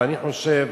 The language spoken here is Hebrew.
ואני חושב